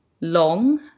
long